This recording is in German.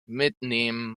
mitnehmen